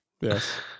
yes